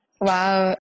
Wow